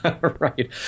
Right